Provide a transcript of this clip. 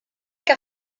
car